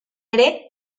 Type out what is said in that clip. ere